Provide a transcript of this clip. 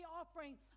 offering